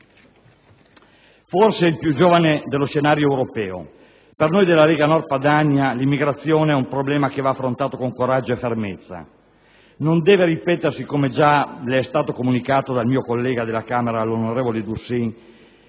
forse il più giovane dello scenario europeo. Per noi della Lega Nord Padania l'immigrazione è un problema che va affrontato con coraggio e fermezza. Non deve ripetersi, come già le è stato comunicato dal mio collega della Camera, onorevole Dussin,